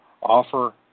offer